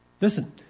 Listen